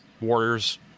Warriors